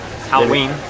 Halloween